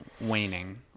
waning